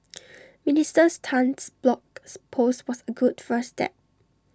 ministers Tan's blogs post was A good first step